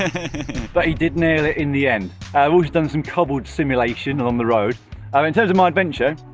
but he did nail it in the end. also done some cobbled simulation on the road. um in terms of my adventure,